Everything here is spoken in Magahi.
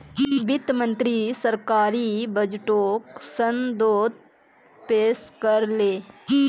वित्त मंत्री सरकारी बजटोक संसदोत पेश कर ले